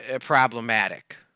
problematic